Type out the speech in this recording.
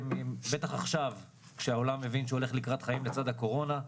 בטח עכשיו כשהעולם מבין שהוא הולך לקראת חיים לצד הקורונה.